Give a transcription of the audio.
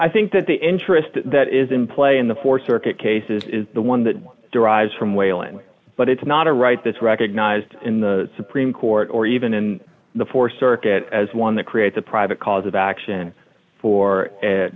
i think that the interest that is in play in the four circuit cases is the one that derives from wayland but it's not a right that's recognized in the supreme court or even in the four circuit as one that creates a private cause of action for